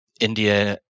India